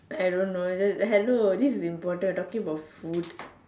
I don't know the hello this is important talking about food